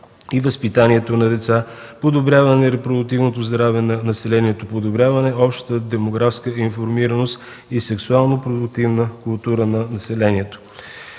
и възпитанието на деца, подобряване репродуктивното здраве на населението, подобряване на общата демографска информираност и сексуално-продуктивна култура на населението,